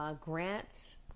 Grants